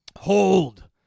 hold